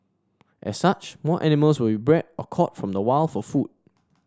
as such more animals will be bred or caught from the wild for food